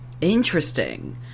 Interesting